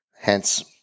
Hence